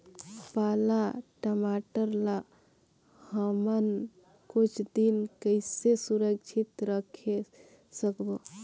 पाला टमाटर ला हमन कुछ दिन कइसे सुरक्षित रखे सकबो?